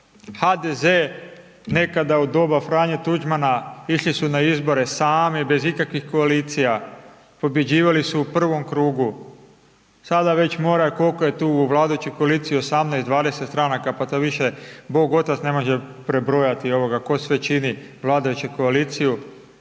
HDZ nekada u doba Franje Tuđmana išli su na izbore sami, bez ikakvih koalicija, pobjeđivali su u prvom krugu, sada već moraju, koliko je tu vladajućih koaliacija, 18, 20 stranaka, pa to više bog, otac ne može prebrojati tko sve čini vladajuću koaliciju.